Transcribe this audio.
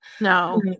No